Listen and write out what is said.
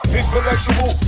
intellectual